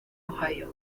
ohio